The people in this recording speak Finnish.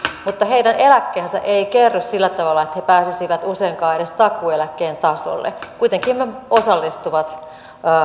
mutta heidän eläkkeensä ei kerry sillä tavalla että he pääsisivät useinkaan edes takuueläkkeen tasolle kuitenkin he osallistuvat